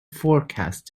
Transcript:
forecast